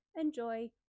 enjoy